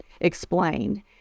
explained